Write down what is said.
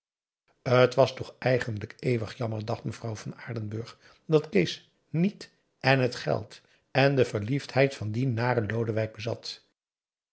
t was toch eigenlijk eeuwig jammer dacht mevrouw van aardenburg dat kees niet èn het geld èn de verliefdheid van dien naren lodewijk bezat